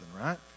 right